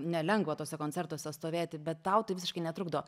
nelengva tuose koncertuose stovėti bet tau tai visiškai netrukdo